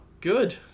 good